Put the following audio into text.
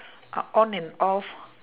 o~ on and off